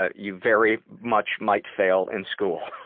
ah you very much might fail in school.